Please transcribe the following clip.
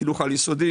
חינוך על יסודי,